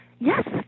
yes